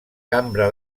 cambra